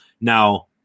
Now